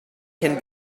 can